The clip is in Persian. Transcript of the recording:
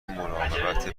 مراقبت